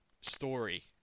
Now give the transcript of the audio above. story